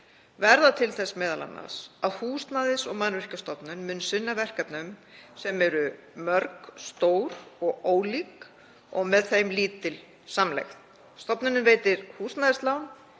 verða til þess m.a. að Húsnæðis- og mannvirkjastofnun mun sinna verkefnum sem eru mörg stór og ólík og með þeim lítil samlegð. Stofnunin veitir húsnæðislán,